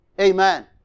Amen